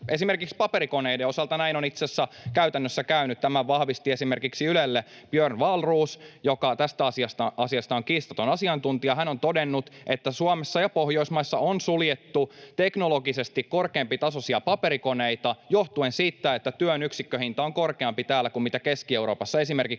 Esimerkiksi paperikoneiden osalta näin on itse asiassa käytännössä käynyt. Tämän vahvisti esimerkiksi Ylelle Björn Wahlroos, joka tässä asiassa on kiistaton asiantuntija. Hän on todennut, että Suomessa ja Pohjoismaissa on suljettu teknologisesti korkeampitasoisia paperikoneita johtuen siitä, että työn yksikköhinta on korkeampi täällä kuin Keski-Euroopassa, esimerkiksi